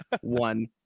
one